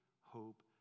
hope